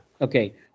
Okay